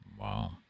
Wow